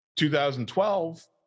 2012